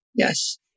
Yes